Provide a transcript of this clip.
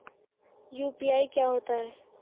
UPI क्या होता है?